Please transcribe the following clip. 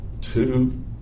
two